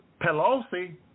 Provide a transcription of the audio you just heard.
Pelosi